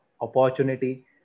opportunity